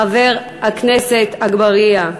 חבר הכנסת אגבאריה.